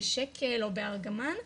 בשקל או בארגמן,